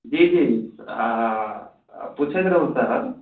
जी जी पुछैत रहौं सर